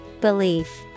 Belief